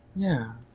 yeah.